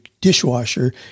dishwasher